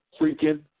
freaking